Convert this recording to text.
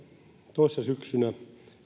toissa syksynä